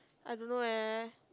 I don't know eh